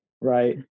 right